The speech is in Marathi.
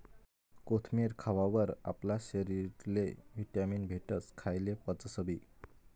कोथमेर खावावर आपला शरीरले व्हिटॅमीन भेटस, खायेल पचसबी